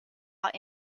law